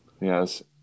yes